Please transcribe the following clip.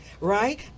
right